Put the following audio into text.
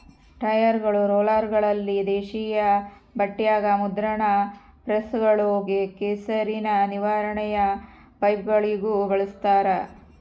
ಟೈರ್ಗಳು ರೋಲರ್ಗಳಲ್ಲಿ ದೇಶೀಯ ಬಟ್ಟೆಗ ಮುದ್ರಣ ಪ್ರೆಸ್ಗಳು ಕೆಸರಿನ ನಿರ್ವಹಣೆಯ ಪೈಪ್ಗಳಿಗೂ ಬಳಸ್ತಾರ